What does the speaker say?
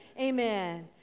Amen